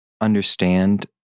understand